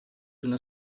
una